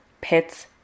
pets